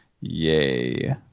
yay